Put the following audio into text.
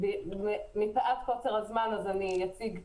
מפאת קוצר הזמן אני אציג במהרה: